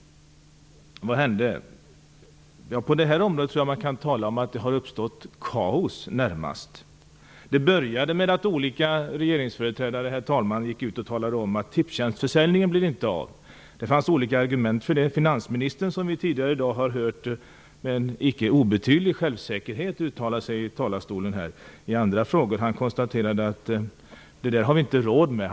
Vad hände? På det här området kan man tala om närmast kaos. Det började med att olika regeringsföreträdare gick ut och talade om att Tipstjänstförsäljningen inte blir av. Det fanns olika argument för det. Finansministern, som vi tidigare i dag har hört med en icke obetydlig självsäkerhet uttala sig i andra frågor, konstaterade att man inte hade råd med det.